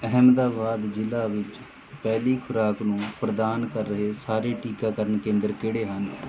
ਅਹਿਮਦਾਬਾਦ ਜ਼ਿਲ੍ਹਾ ਵਿੱਚ ਪਹਿਲੀ ਖੁਰਾਕ ਨੂੰ ਪ੍ਰਦਾਨ ਕਰ ਰਹੇ ਸਾਰੇ ਟੀਕਾਕਰਨ ਕੇਂਦਰ ਕਿਹੜੇ ਹਨ